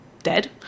dead